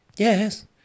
Yes